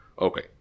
okay